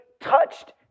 touched